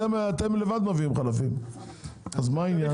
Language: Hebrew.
אתם בעצמכם מביאים חלפים, אז מה העניין?